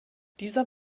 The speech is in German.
dieser